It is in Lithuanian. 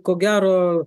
ko gero